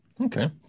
Okay